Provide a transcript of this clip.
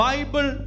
Bible